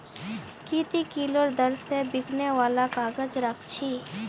की ती किलोर दर स बिकने वालक काग़ज़ राख छि